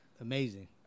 amazing